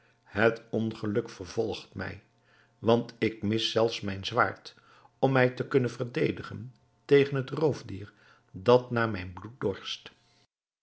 het ongeluk vervolgt mij want ik mis zelfs mijn zwaard om mij te kunnen verdedigen tegen het roofdier dat naar mijn bloed dorst